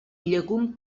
llegum